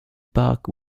bug